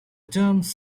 terms